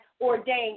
ordained